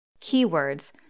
Keywords